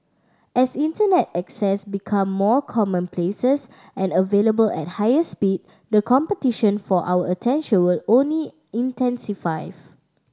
as Internet access become more commonplaces and available at higher speed the competition for our attention will only intensify